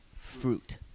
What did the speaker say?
fruit